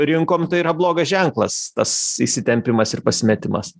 rinkom tai yra blogas ženklas tas įsitempimas ir pasimetimas